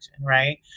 right